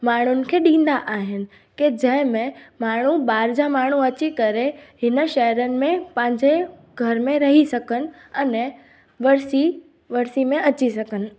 माण्हुनि खे ॾींदा आहिनि के जंहिं में माण्हू ॿाहिरि जा माण्हू अची करे हिन शहरनि में पंहिंजे घर में रही सघनि अने वरिसी वरिसी में अची सघनि